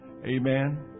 Amen